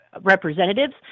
representatives